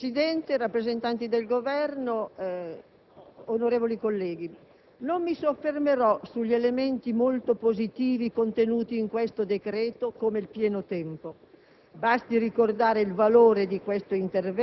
Presidente, rappresentanti del Governo, onorevoli colleghi, non mi soffermerò sugli elementi molto positivi contenuti in questo decreto, come il tempo